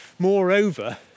Moreover